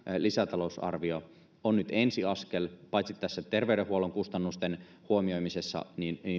lisätalousarvio on nyt ensiaskel paitsi tässä terveydenhuollon kustannusten huomioimisessa